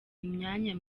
imyanya